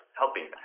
helping